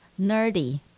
nerdy